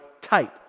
type